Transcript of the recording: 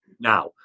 now